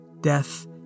death